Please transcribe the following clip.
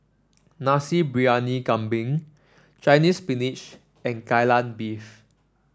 Nasi Briyani Kambing Chinese Spinach and Kai Lan Beef